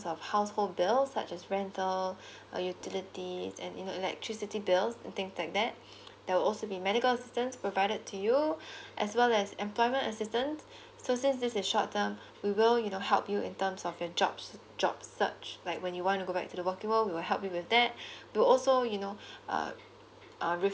of household bills such as rental uh utilities and you know electricity bills and things like that there will also be medical asistance provided to you as well as employment assistant so since this is short term we will you know help you in terms of your jobs job search like when you wanna go back to the working world we will help you with that but also you know uh um